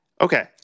Okay